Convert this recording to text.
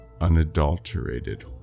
unadulterated